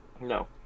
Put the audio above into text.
No